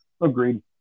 agreed